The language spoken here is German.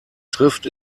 trifft